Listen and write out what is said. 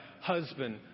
husband